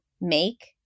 make